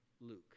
Luke